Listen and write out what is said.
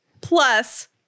Plus